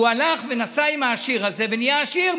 והוא הלך ונסע עם העשיר הזה, ונהיה עשיר.